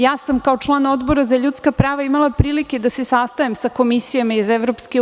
Ja sam kao član Odbora za ljudska prava imala prilike da se sastajem sa komisijama iz EU.